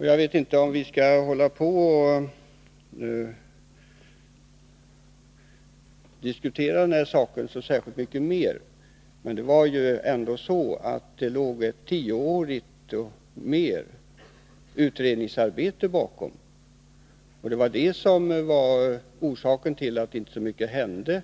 Jag vet inte om vi skall diskutera den saken mycket mer. Det låg ändå ett mer än tioårigt utredningsarbete bakom. Det var det som var orsaken till att inte så mycket hände,